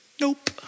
nope